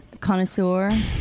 connoisseur